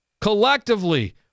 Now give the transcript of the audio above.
collectively